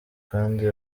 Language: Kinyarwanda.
kandi